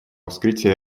вскрытия